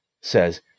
says